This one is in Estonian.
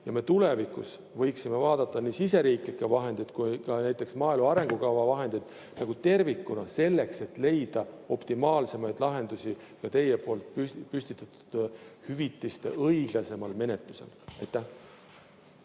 ja me tulevikus võiksime vaadata nii siseriiklikke vahendeid kui ka näiteks maaelu arengukava vahendeid tervikuna, selleks et leida optimaalseid lahendusi teie püstitatud [teema] ehk hüvitiste õiglasemal menetlusel.